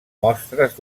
mostres